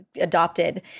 adopted